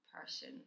person